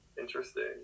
interesting